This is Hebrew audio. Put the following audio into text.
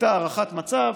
הייתה הערכת מצב,